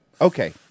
Okay